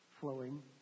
flowing